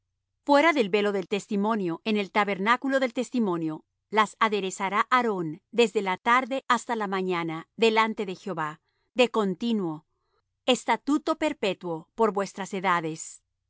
fuera del velo del testimonio en el tabernáculo del testimonio las aderezará aarón desde la tarde hasta la mañana delante de jehová de continuo estatuto perpetuo por vuestras edades